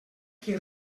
qui